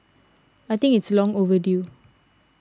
I think it's long overdue